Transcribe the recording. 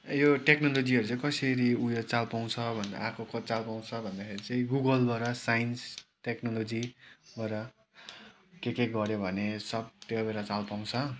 यो टेक्नोलोजीहरू चाहिँ कसरी उयो चाल पाउँछ भन्दा आएको चाल पाउँछ भन्दाखेरि चाहिँ गुगलबाट साइन्स टेक्नोलोजीबाट के के गर्यो भने सब त्यहाँबाट चाल पाउँछ